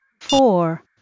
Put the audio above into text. Four